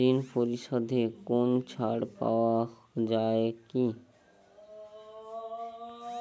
ঋণ পরিশধে কোনো ছাড় পাওয়া যায় কি?